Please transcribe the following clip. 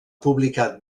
publicat